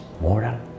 moral